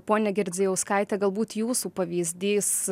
ponia girdzijauskaite galbūt jūsų pavyzdys